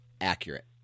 accurate